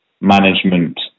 management